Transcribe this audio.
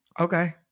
okay